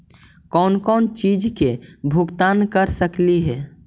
कौन कौन चिज के भुगतान कर सकली हे?